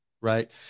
Right